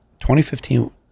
2015